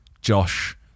Josh